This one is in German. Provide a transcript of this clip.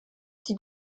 die